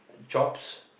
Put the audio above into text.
jobs